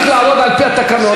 אני צריך להעלות על-פי התקנון,